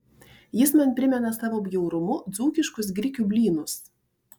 jis man primena savo bjaurumu dzūkiškus grikių blynus